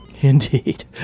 Indeed